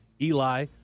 Eli